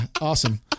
awesome